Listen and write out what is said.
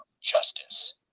justice